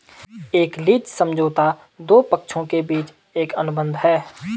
एक लीज समझौता दो पक्षों के बीच एक अनुबंध है